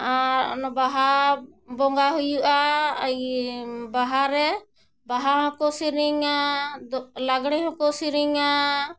ᱟᱨ ᱚᱱᱟ ᱵᱟᱦᱟ ᱵᱚᱸᱜᱟ ᱦᱩᱭᱩᱜᱼᱟ ᱵᱟᱦᱟ ᱨᱮ ᱵᱟᱦᱟ ᱦᱚᱸᱠᱚ ᱥᱮᱨᱮᱧᱟ ᱞᱟᱜᱽᱬᱮ ᱦᱚᱸᱠᱚ ᱥᱮᱨᱮᱧᱟ